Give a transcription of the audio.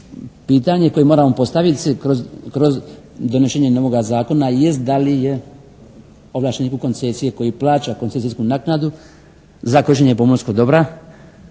pitanje koje moramo postaviti si kroz donošenje novoga zakona jest da li je ovlašteniku koncesiju koji plaća koncesijsku naknadu za korištenje pomorskog dobra